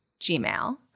Gmail